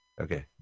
Okay